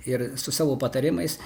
ir su savo patarimais